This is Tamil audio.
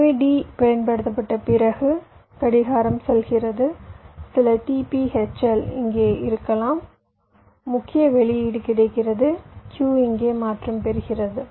எனவே D பயன்படுத்தப்பட்ட பிறகு கடிகாரம் செல்கிறது சில t p hl இங்கே இருக்கலாம் முக்கிய வெளியீடு கிடைக்கிறது Q இங்கே மாற்றம் பெறுகிறது